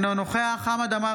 אינו נוכח חמד עמאר,